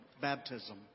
Baptism